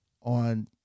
on